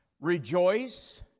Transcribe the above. rejoice